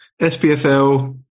SPFL